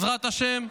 בעזרת השם,